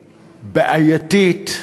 בעייתית,